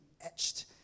etched